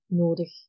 nodig